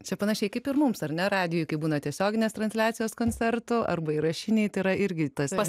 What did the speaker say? čia panašiai kaip ir mums ar ne radijuj kai būna tiesioginės transliacijos koncertų arba įrašiniai tai yra irgi tas pats